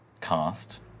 cast